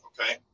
okay